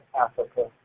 Africa